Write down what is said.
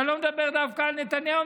ואני לא מדבר דווקא על נתניהו,